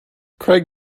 craig